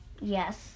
Yes